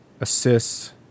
Assists